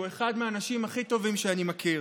הוא אחד מהאנשים הכי טובים שאני מכיר.